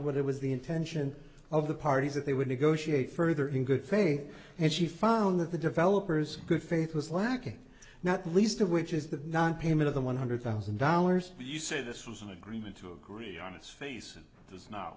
what it was the intention of the parties that they would negotiate further in good faith and she found that the developers good faith was lacking not least of which is the nonpayment of the one hundred thousand dollars you say this was an agreement to agree on its face